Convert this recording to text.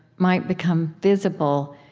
might become visible.